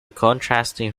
contrasting